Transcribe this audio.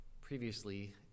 previously